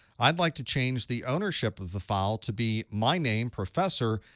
i'd like to change the ownership of the file to be my name, professor,